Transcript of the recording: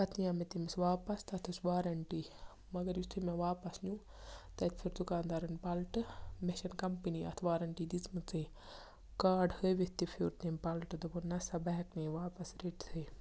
پَتہٕ نِیاو مےٚ تٔمِس واپَس تَتھ ٲس وارَنٹی مگر یُتھُے مےٚ واپَس نیوٗ تَتہِ پھِر دُکاندارَن پَلٹہٕ مےٚ چھَنہٕ کَمپٔنی اَتھ وارَنٹی دِژمٕژٕے کارڈ ہٲوِتھ تہِ پھِیُر تٔمۍ پَلٹہٕ دوٚپُن نہ سا بہٕ ہیٚکہٕ نہٕ یہِ واپَس رٔٹِتھٕے